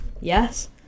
Yes